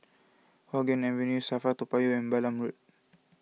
Hua Guan Avenue Safra Toa Payoh and Balam Road